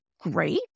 great